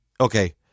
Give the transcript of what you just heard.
okay